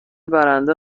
برنده